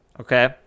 Okay